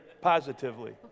positively